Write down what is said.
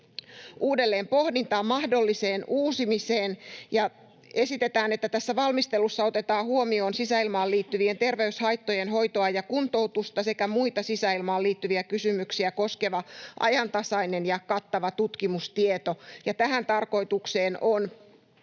uudelleenpohdintaan ja mahdolliseen uusimiseen. Esitetään, että tässä valmistelussa otetaan huomioon sisäilmaan liittyvien terveyshaittojen hoitoa ja kuntoutusta sekä muita sisäilmaan liittyviä kysymyksiä koskeva ajantasainen ja kattava tutkimustieto, ja tähän tarkoitukseen on